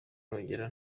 nugera